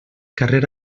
carrer